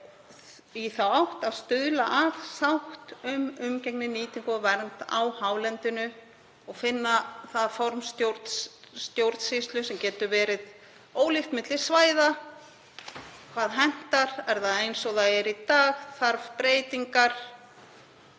í þá átt að stuðla að sátt um umgengni, nýtingu og vernd á hálendinu og finna það form stjórnsýslu sem getur verið ólíkt milli svæða. Hvað hentar? Er það eins og það er í dag? Þarf breytingar?